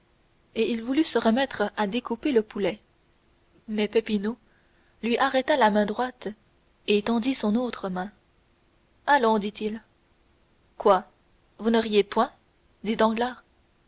et il voulut se remettre à découper le poulet mais peppino lui arrêta la main droite avec la main gauche et tendit son autre main allons dit-il quoi vous ne riez point